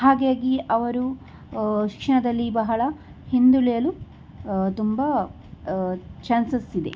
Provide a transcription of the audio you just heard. ಹಾಗಾಗಿ ಅವರು ಶಿಕ್ಷಣದಲ್ಲಿ ಬಹಳ ಹಿಂದುಳಿಯಲು ತುಂಬ ಚಾನ್ಸಸ್ ಇದೆ